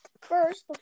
first